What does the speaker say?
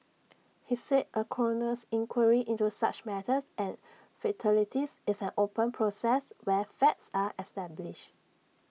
he said A coroner's inquiry into such matters and fatalities is an open process where facts are established